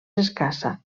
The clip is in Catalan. escassa